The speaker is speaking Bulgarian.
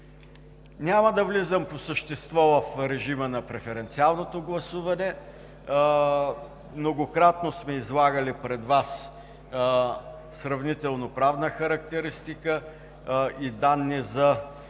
Няма да влизам по същество в режима на преференциалното гласуване. Многократно сме излагали пред Вас сравнително-правна характеристика и данни за